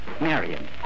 Marion